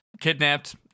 kidnapped